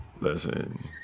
Listen